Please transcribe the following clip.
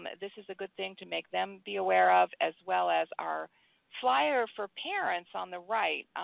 this is a good thing to make them be aware of as well as our flyer for parents on the right.